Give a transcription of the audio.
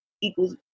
equals